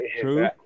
True